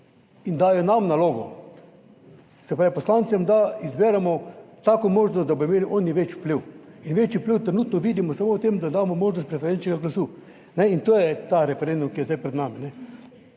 in dajo nam nalogo, se pravi poslancem, da izberemo tako možnost, da bodo imeli oni večji vpliv in večji vpliv trenutno vidimo samo v tem, da damo možnost preferenčnega glasu, kajne, in to je ta referendum, ki je zdaj pred nami.